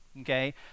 Okay